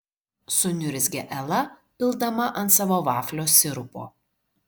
suniurzgė ela pildama ant savo vaflio sirupo